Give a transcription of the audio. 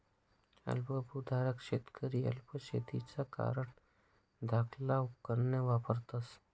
अल्प भुधारक शेतकरी अल्प शेतीना कारण धाकला उपकरणं वापरतस